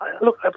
look